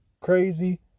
crazy